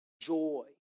joy